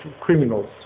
criminals